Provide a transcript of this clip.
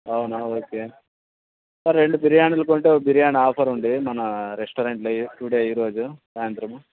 అవునా okay sir రెండు బిర్యానీలు కొంటే ఒక బిర్యానీ ఆఫఫ్ ఉంది మన రెస్టారెంట్లో టుడే ఈరోజు సాయంత్రము